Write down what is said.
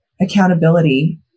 accountability